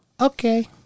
Okay